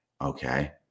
Okay